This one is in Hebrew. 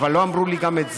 אבל לא אמרו לי גם את זה,